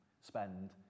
spend